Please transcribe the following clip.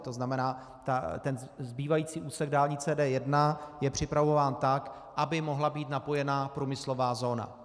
To znamená, ten zbývající úsek D1 je připravován tak, aby mohla být napojena průmyslová zóna.